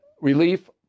relief